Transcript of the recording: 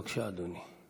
בבקשה, אדוני.